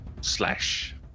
Slash